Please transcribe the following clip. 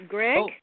Greg